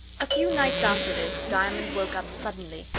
a few nights after this, diamond woke up suddenly,